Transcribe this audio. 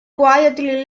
quietly